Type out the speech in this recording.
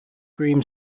cream